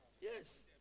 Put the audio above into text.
Yes